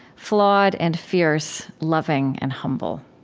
flawed and fierce, loving and humble.